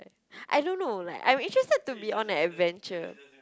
I don't know like I am interested to be on an adventure